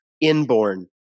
inborn